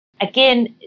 Again